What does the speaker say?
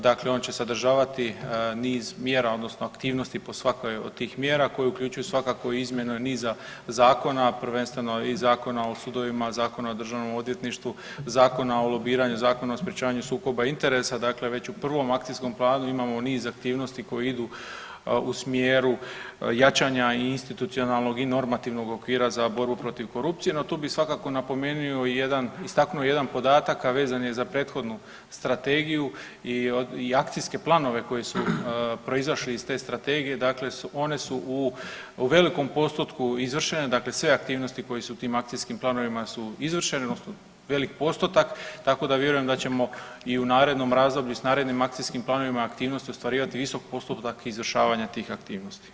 Dakle, on će sadržavati niz mjera odnosno aktivnosti po svakoj od tih mjera koje uključuju, svakako izmjenu i niza zakona, prvenstveno i Zakona o sudovima i Zakona o Državnom odvjetništvu, Zakona o lobiranju, Zakona o sprječavanju sukoba interesa, dakle već u prvom Akcijskom planu imamo niz aktivnosti koje idu u smjeru jačanja institucionalnog i normativnog okvira za borbu protiv korupcije, no, tu bi svakako napomenuo i jedan, istaknuo jedan podatak, a vezan je za prethodnu Strategiju i akcijske planove koji su proizašli iz te Strategije, dakle one su u velikom postotku izvršene, dakle sve aktivnosti koje su u tim akcijskim planovima su izvršene, odnosno velik postotak, tako da vjerujem da ćemo i u narednom razdoblju s narednim akcijskim planovima, aktivnosti ostvarivati visok postotak izvršavanja tih aktivnosti.